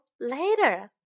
later